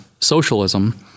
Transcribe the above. socialism